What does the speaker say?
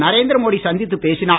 நரேந்திர மோடி சந்தித்து பேசினார்